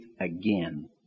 again